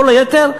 כל היתר,